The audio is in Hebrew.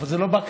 אבל זה לא קל.